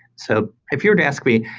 so if you're to ask me,